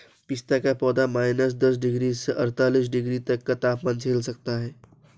पिस्ता का पौधा माइनस दस डिग्री से अड़तालीस डिग्री तक का तापमान झेल सकता है